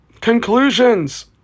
Conclusions